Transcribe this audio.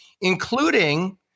including